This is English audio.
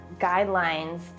guidelines